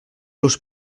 los